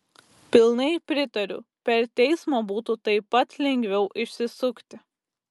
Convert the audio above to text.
pilnai pritariu per teismą būtų taip pat lengviau išsisukti